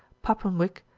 paponwick,